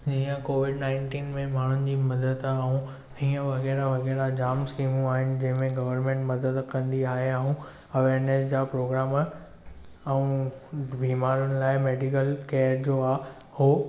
जीअं COVID nineteen में माण्हुनि जी मदद ऐं हीअं वग़ैरह वग़ैरह जाम स्कीमूं आहिनि जंहिंमें गवर्नमेंट मदद कंदी आहे ऐं अवैयरनैस जा प्रोग्राम ऐं बीमारनि लाइ मैडिकल केअर जो आहे उहो